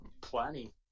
Plenty